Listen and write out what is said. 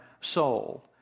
soul